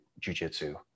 jujitsu